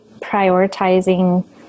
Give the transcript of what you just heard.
prioritizing